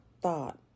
thought